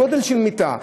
גודל של מיטה.